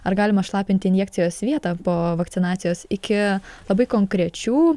ar galima šlapinti injekcijos vietą po vakcinacijos iki labai konkrečių